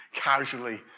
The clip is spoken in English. casually